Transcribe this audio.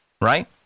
right